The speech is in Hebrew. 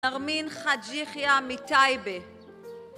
נרמין חאג' יחיא מטייבה